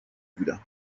بودم